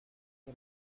que